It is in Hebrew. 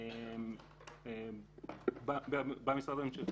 במשרד הממשלתי.